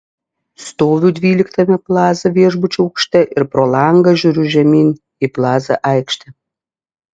stoviu dvyliktame plaza viešbučio aukšte ir pro langą žiūriu žemyn į plaza aikštę